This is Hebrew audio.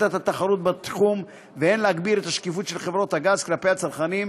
את התחרות בתחום והן להגביר את השקיפות של חברות הגז כלפי הצרכנים,